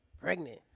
Pregnant